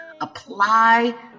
Apply